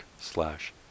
slash